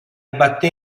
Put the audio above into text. batté